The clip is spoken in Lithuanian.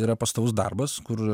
yra pastovus darbas kur